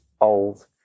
old